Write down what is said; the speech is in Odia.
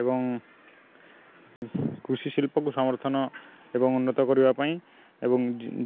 ଏବଂ କୃଷି ଶିଳ୍ପକୁ ସମର୍ଥନ ଏବଂ ଉନ୍ନତ କରିବା ପାଇଁ ଏବଂ